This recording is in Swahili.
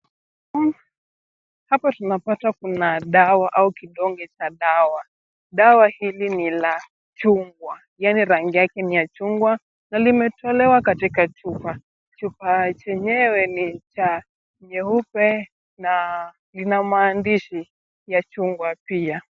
Hapa tunapata kuna dawa au kidonge cha dawa. Dawa hili rangi ni la chungwa yaani rangi yake ni ya chungwa. Na limetolewa katika chupa. Chupa chenyewe ni cha nyeupe na lina maandishi ya chungwa pia.